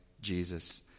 Jesus